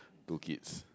two kids